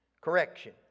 Correction